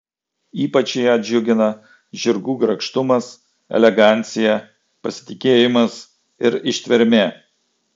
ypač ją džiugina žirgų grakštumas elegancija pasitikėjimas ir ištvermė